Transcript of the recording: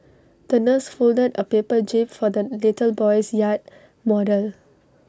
the nurse folded A paper jib for the little boy's yacht model